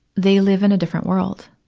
they live in a different world.